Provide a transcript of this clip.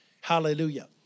Hallelujah